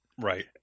Right